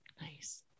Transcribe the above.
Nice